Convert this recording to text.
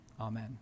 Amen